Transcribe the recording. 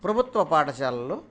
ప్రభుత్వ పాఠశాలల్లో